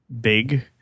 big